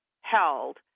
held